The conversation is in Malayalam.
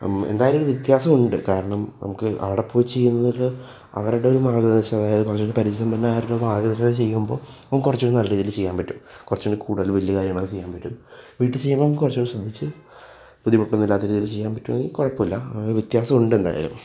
എന്തായാലും വ്യത്യാസം ഉണ്ട് കാരണം നമുക്ക് അവിടെ പോയി ചെയ്യുന്നതിൽ അവരുടെ ഒരു മാർഗ്ഗനിർദ്ദേശം അതായത് കുറച്ച് കൂടി പരിചയസമ്പന്നരായവരുടെ മാർഗനിർദേശത്തിൽ ചെയ്യുമ്പോൾ നമുക്ക് കുറച്ച്കൂടി നല്ല രീതിയിൽ ചെയ്യാൻ പറ്റും കുറച്ച് കൂടി കൂടുതൽ വലിയ കാര്യങ്ങൾ ചെയ്യാൻ പറ്റും വീട്ടിൽ ചെയ്യുമ്പോൾ നമുക്ക് കുറച്ച് ശ്രദ്ധിച്ച് ബുദ്ധിമുട്ടൊന്നും ഇല്ലാത്ത രീതിയിൽ ചെയ്യാൻ പറ്റും എങ്കിൽ കുഴപ്പമില്ല അങ്ങനെ വ്യത്യാസം ഉണ്ട് എന്തായാലും